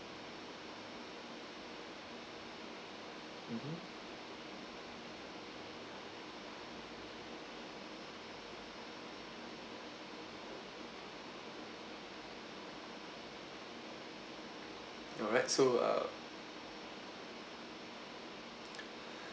mmhmm alright so uh